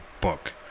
book